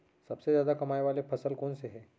सबसे जादा कमाए वाले फसल कोन से हे?